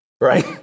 right